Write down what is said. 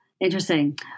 Interesting